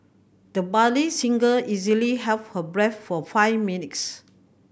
the budding singer easily held her breath for five minutes